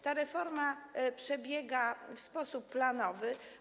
Ta reforma przebiega w sposób planowy.